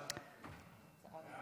ההצעה